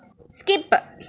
skip